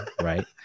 right